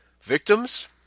victims